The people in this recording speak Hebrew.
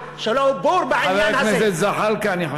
שהוא בור בעניין הזה.